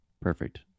Perfect